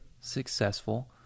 successful